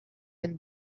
and